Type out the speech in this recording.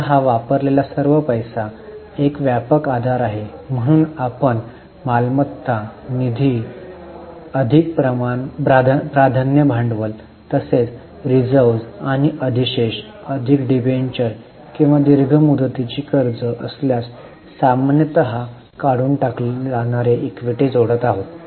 आता हा वापरलेला सर्व पैसा हा एक व्यापक आधार आहे म्हणून आपण मालमत्ता निधी अधिक प्राधान्य भांडवल तसेच रिझर्व्हज आणि अधिशेष अधिक डिबेंचर किंवा दीर्घ मुदतीची कर्जे असल्यास सामान्यतः काढून टाकले जाणारे इक्विटी जोडत आहोत